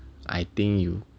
I think you